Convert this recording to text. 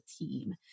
team